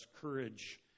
courage